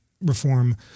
reform